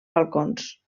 balcons